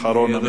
אחרון הדוברים.